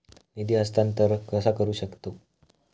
निधी हस्तांतर कसा करू शकतू?